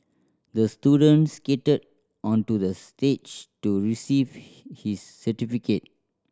the student skated onto the stage to receive his certificate